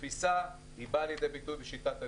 התפיסה באה לידי ביטוי בשיטת הניקוד.